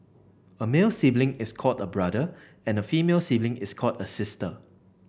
a male sibling is called a brother and a female sibling is called a sister